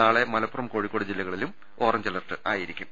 നാളെ മല പ്പുറം കോഴിക്കോട് ജില്ലകളിൽ orange alert ആയിരിക്കും